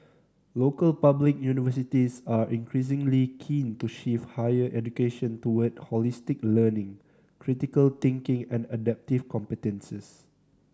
local public universities are increasingly keen to shift higher education toward holistic learning critical thinking and adaptive competences